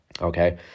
Okay